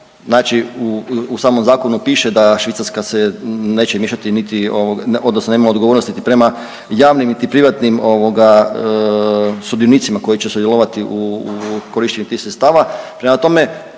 znači u samom zakonu piše da Švicarska se neće miješati, niti ovoga odnosno nema odgovornost niti prema javnim, niti privatnim ovoga sudionicima koji će sudjelovati u korištenju tih sredstava.